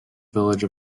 village